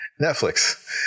Netflix